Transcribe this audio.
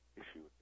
issue